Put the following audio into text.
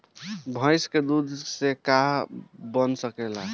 भइस के दूध से का का बन सकेला?